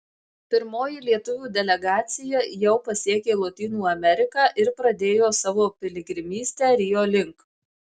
pirmoji lietuvių delegacija jau pasiekė lotynų ameriką ir pradėjo savo piligrimystę rio link